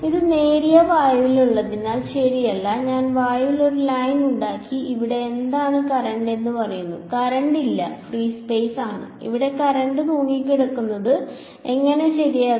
അത് നേരിയ വായുവിൽ ഉള്ളതിനാൽ ശരിയല്ല ഞാൻ വായുവിൽ ഒരു ലൈൻ ഉണ്ടാക്കി ഇവിടെ എന്താണ് കറന്റ് എന്ന് പറഞ്ഞു കറന്റ് ഇല്ല ഫ്രീ സ്പേസ് ആണ് അവിടെ കറന്റ് തൂങ്ങിക്കിടക്കുന്നത് എങ്ങനെ ശരിയാകും